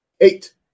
eight